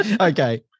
Okay